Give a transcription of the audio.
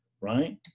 right